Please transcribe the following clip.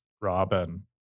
robin